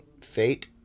fate